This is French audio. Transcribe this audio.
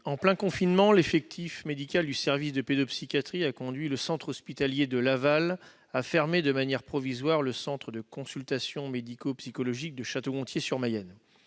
En plein confinement, l'effectif médical du service de pédopsychiatrie a conduit le centre hospitalier de Laval à fermer de manière provisoire le centre de consultation médico-psychologique (CMP) de Château-Gontier-sur-Mayenne.